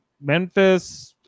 memphis